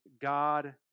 God